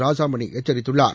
ராசாமணி எச்சரித்துள்ளார்